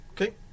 Okay